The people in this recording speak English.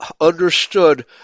understood